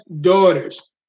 daughters